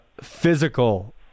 physical